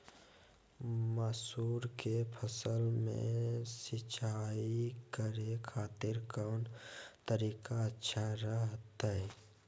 मसूर के फसल में सिंचाई करे खातिर कौन तरीका अच्छा रहतय?